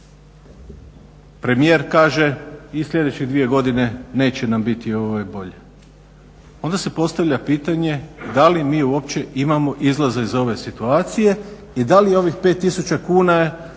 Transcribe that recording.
Premijer kaže i sljedeće dvije godine neće nam biti bolje. Onda se postavlja pitanje, da li mi uopće imamo izlaza iz ove situacije i da li ovih 5 tisuća